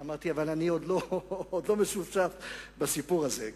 אמרתי: אבל אני עוד לא משופשף בסיפור הזה,